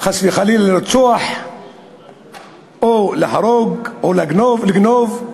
חס וחלילה, לרצוח או להרוג, או לגנוב,